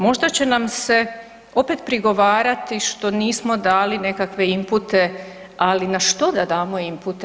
Možda će nam se opet prigovarati što nismo dali nekakve inpute, ali na što da damo inpute?